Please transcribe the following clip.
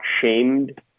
shamed